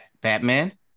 batman